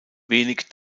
wenig